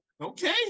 okay